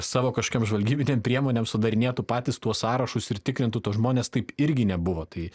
savo kažkokiem žvalgybinėm priemonėm sudarinėtų patys tuos sąrašus ir tikrintų tuos žmones taip irgi nebuvo tai